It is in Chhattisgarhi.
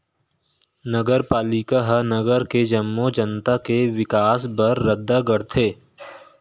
नगरपालिका ह नगर के जम्मो जनता के बिकास बर रद्दा गढ़थे